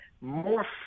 more